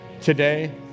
Today